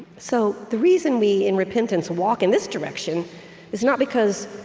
so, the reason we, in repentance, walk in this direction is not because,